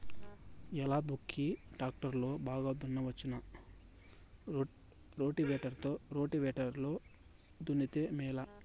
ఎలా దుక్కి టాక్టర్ లో బాగా దున్నవచ్చునా రోటివేటర్ లో దున్నితే మేలా?